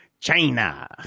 China